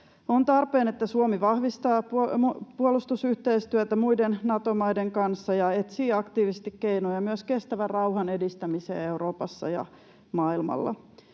On tarpeen, että Suomi vahvistaa puolustusyhteistyötä muiden Nato-maiden kanssa ja etsii aktiivisesti keinoja myös kestävän rauhan edistämiseen Euroopassa ja maailmalla.